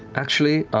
actually